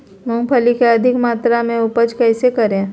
मूंगफली के अधिक मात्रा मे उपज कैसे करें?